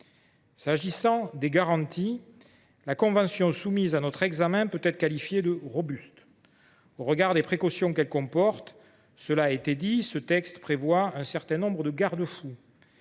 concerne les garanties, la convention soumise à notre examen peut être qualifiée de « robuste » au regard des précautions qu’elle comporte. Comme cela a déjà été souligné, le texte prévoit un certain nombre de garde fous.